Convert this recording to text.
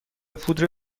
پودر